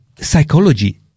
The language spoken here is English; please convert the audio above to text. psychology